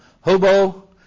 Hobo